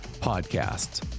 podcasts